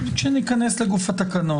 כשניכנס לגוף התקנות.